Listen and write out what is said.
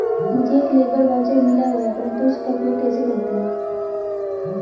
मुझे एक labour voucher मिला हुआ है परंतु उसका उपयोग कैसे करते हैं?